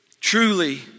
truly